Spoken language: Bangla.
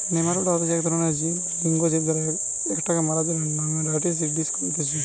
নেমাটোডা হতিছে এক ধরণেরএক লিঙ্গ জীব আর এটাকে মারার জন্য নেমাটিসাইড ইউস করতিছে